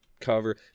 cover